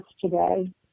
today